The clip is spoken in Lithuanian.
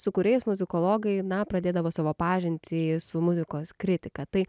su kuriais muzikologai na pradėdavo savo pažintį su muzikos kritika tai